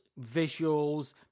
visuals